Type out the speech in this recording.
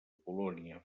polònia